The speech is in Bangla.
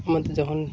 আমাদের যখন